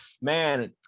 Man